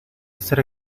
ser